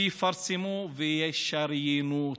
שיפרסמו וישריינו אותם,